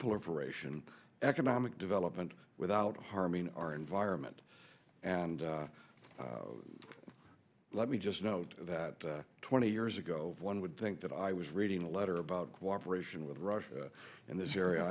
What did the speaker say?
proliferation economic development without harming our environment and let me just note that twenty years ago one would think that i was reading a letter about cooperation with russia in this area